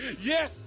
Yes